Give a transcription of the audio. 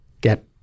get